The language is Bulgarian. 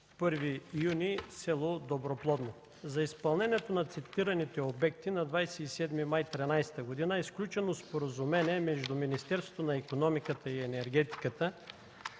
„Първи юни” в село Доброплодно. За изпълнението на цитираните обекти на 27 май 2013 г. е сключено споразумение между Министерството на икономиката и енергетиката